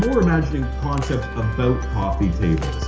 imagine concepts about coffee tables.